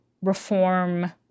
reform